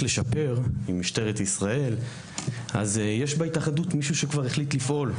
לשפר אז יש בהתאחדות כבר מישהו שהחליט לפעול,